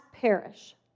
perish